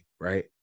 right